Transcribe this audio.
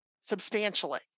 substantially